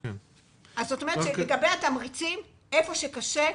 לגבי התמריצים איפה שקשה,